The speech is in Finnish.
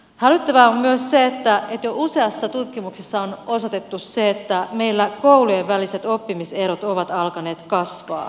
hälyttävää on myös se että jo useassa tutkimuksessa on osoitettu se että meillä koulujen väliset oppimiserot ovat alkaneet kasvaa